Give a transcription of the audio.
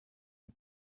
you